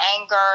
anger